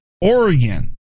Oregon